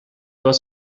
was